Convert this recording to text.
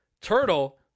Turtle